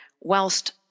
whilst